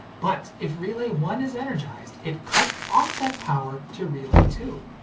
but, if relay one is energized, it cuts off that power to relay two.